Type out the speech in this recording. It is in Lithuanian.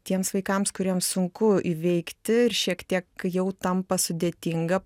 tiems vaikams kuriems sunku įveikti ir šiek tiek kai jau tampa sudėtinga